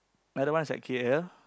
another one's at k_l